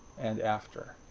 and after.